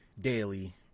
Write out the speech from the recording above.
daily